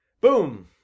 boom